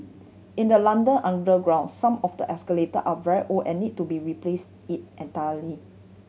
in the London underground some of the escalator are very old and need to be replaced in entirety